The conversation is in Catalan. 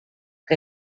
que